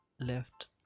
left